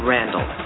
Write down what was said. Randall